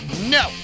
no